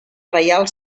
reial